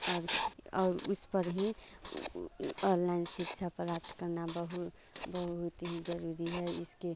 और और उस पर ही उ उ उ अललाइन शिक्षा प्राप्त करना बहु बहुत ही जरूरी है इसके